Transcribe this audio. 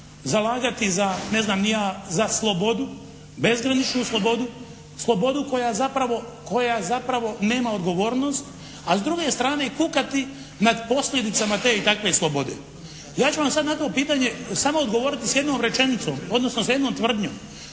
ni ja za slobodu, bezgraničnu slobodu, slobodu koja zapravo nema odgovornost a s druge strane kukati nad posljedicama te i takve slobode. Ja ću vam sad na to pitanje samo odgovoriti s jednom rečenicom odnosno sa jednom tvrdnjom.